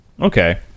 Okay